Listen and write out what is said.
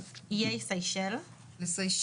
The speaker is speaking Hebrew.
הקריטריונים והאינדיקציות לביצוע בדיקות הן שונות ממדינה למדינה